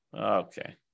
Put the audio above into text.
Okay